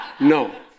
No